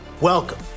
Welcome